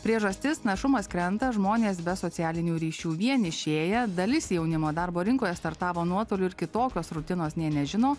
priežastis našumas krenta žmonės be socialinių ryšių vien išėję dalis jaunimo darbo rinkoje startavo nuotoliu ir kitokios rutinos nė nežino